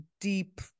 deep